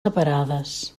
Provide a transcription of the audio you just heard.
separades